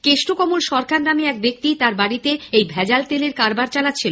কেষ্টকমল সরকার নামে এক ব্যক্তি তার বাড়িতে এই ভেজাল তেলের কারবার চালাচ্ছিল